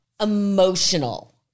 emotional